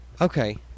Okay